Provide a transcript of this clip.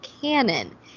canon